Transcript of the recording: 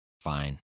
fine